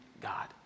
God